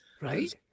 right